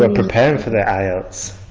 ah preparing for the ielts?